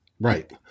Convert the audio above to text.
Right